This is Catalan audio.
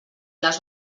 les